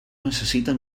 necessita